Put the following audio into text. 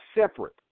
separate